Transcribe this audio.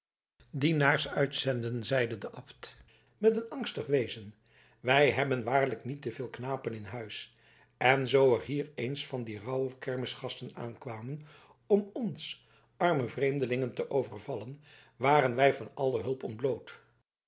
dienaars uitzenden zeide de abt met een angstig wezen wij hebben waarlijk niet te veel knapen in huis en zoo er hier eens van die rauwe kermisgasten aankwamen om ons arme vreemdelingen te overvallen waren wij van alle hulp ontbloot